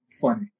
Funny